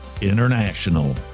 International